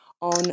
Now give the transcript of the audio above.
on